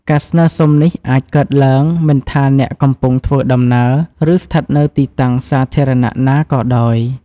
ការស្នើសុំនេះអាចកើតឡើងមិនថាអ្នកកំពុងធ្វើដំណើរ ឬស្ថិតនៅទីតាំងសាធារណៈណាក៏ដោយ។